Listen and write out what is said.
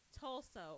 Tulsa